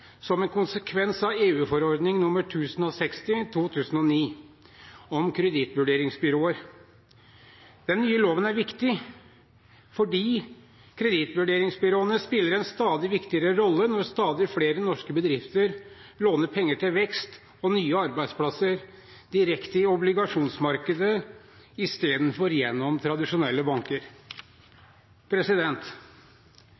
som en konsekvens av EU-forordning nr. 1060/2009 om kredittvurderingsbyråer. Den nye loven er viktig fordi kredittvurderingsbyråene spiller en stadig viktigere rolle når stadig flere norske bedrifter låner penger til vekst og nye arbeidsplasser direkte i obligasjonsmarkedet istedenfor gjennom tradisjonelle banker.